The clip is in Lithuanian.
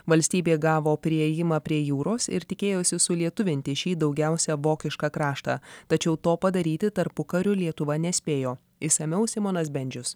valstybė gavo priėjimą prie jūros ir tikėjosi sulietuvinti šį daugiausia vokišką kraštą tačiau to padaryti tarpukariu lietuva nespėjo išsamiau simonas bendžius